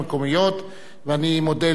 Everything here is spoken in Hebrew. אני מחדש את ישיבת הכנסת שהופסקה בסביבות